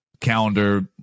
calendar